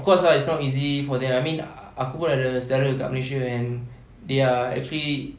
of course ah it's not easy for them I mean aku pun ada sedara kat malaysia and they are actually